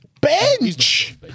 Bench